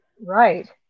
Right